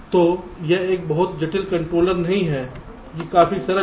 तो यह बहुत जटिल कंट्रोलर नहीं है काफी सरल है